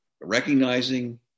recognizing